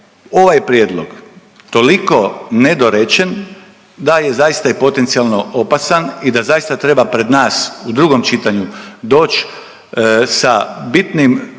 ovaj prijedlog toliko nedorečen da je zaista i potencijalno opasan i da zaista treba pred nas u drugom čitanju doći sa bitnim ograničenjima